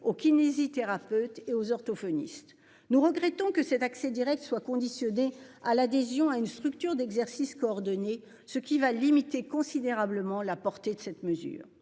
au kinésithérapeutes et aux orthophonistes. Nous regrettons que cet accès Direct soit conditionnée à l'adhésion à une structure d'exercice coordonné ce qui va limiter considérablement la portée de cette mesure.